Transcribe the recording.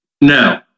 no